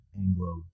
Anglo